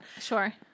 Sure